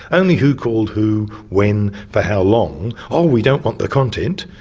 only who called who, when, for how long, oh, we don't want the content.